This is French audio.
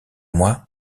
moi